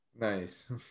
nice